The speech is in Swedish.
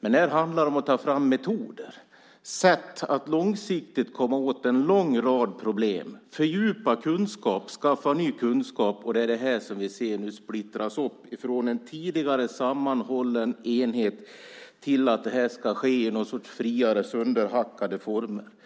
Men här handlar det om att ta fram metoder, sätt, att långsiktigt komma åt en lång rad problem, att fördjupa kunskaper och skaffa ny kunskap. Det är här som vi nu ser en uppsplittring, från en tidigare sammanhållen enhet till att det här ska ske i någon sorts friare, sönderhackade former.